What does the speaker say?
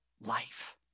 life